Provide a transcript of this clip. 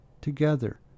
together